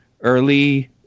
early